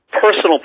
personal